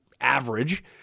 average